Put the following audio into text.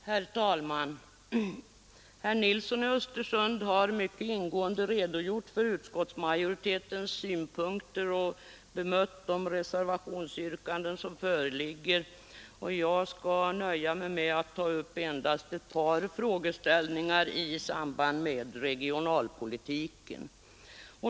Herr talman! Herr Nilsson i Östersund har mycket ingående redogjort för utskottsmajoritetens synpunkter och bemött de reservationsyrkanden som föreligger, och jag skall därför nöja mig med att ta upp endast ett par frågeställningar i samband med regionalpolitiken.